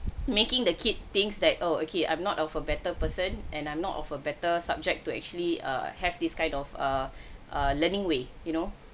making the kid thinks that oh okay I'm not of a better person and I'm not of a better subject to actually err have this kind of err err learning way you know